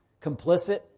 complicit